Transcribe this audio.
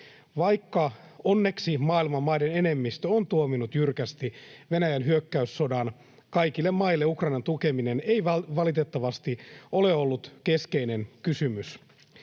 Vaikka onneksi maailman maiden enemmistö on tuominnut jyrkästi Venäjän hyökkäyssodan, kaikille maille Ukrainan tukeminen ei valitettavasti ole ollut keskeinen kysymys.